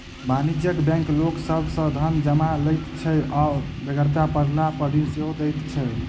वाणिज्यिक बैंक लोक सभ सॅ धन जमा लैत छै आ बेगरता पड़लापर ऋण सेहो दैत छै